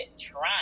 trying